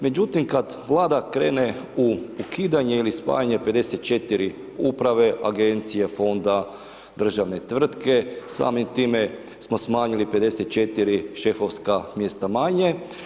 Međutim, kada vlada krene u ukidanje ili spajanje 54 uprave, agencije, fonda, državne tvrtke, samim time, smo smanjili 54 šefovska mjesta manje.